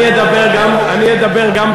אני אדבר גם בסוף.